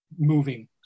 moving